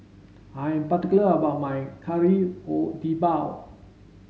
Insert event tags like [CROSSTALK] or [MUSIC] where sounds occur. I'm particular about my Kari [UNINTELLIGIBLE] Debal